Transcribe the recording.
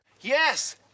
Yes